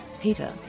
Peter